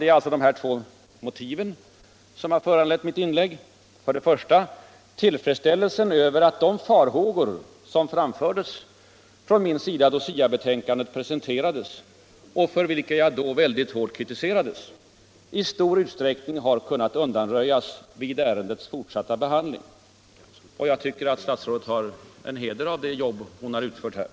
Det är alltså de här två motiven som har föranlett mitt För det första är det tillfredsställelsen över att de farhågor, som fram Fredagen den fördes från min sida när SIA-betänkandet presenterades och för vilka — 21 maj 1976 jag då väldigt hårt kritiserades, i stor utsträckning har kunnat undanröjas —— vid ärendets fortsatta behandling. Jag tycker att statsrådet har heder av = Skolans inre arbete det jobb hon har utfört här.